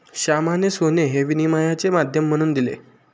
श्यामाने सोने हे विनिमयाचे माध्यम म्हणून दिले